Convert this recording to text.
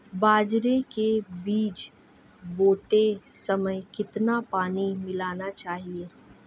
बाजरे के बीज बोते समय कितना पानी मिलाना चाहिए?